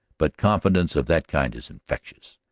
but confidence of that kind is infectious.